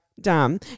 dumb